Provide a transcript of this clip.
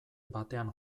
batean